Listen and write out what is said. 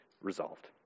resolved